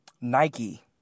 Nike